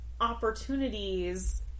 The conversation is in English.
opportunities